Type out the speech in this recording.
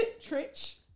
trench